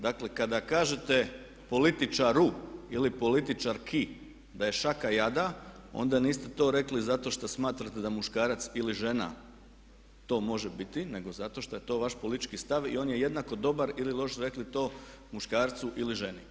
Dakle, kada kažete političaru ili političarki da je šaka jada onda niste to rekli zato što smatrate da muškarac ili žena to može biti nego zato što je to vaš politički stav i on je jednako dobar ili loš rekli to muškarcu ili ženi.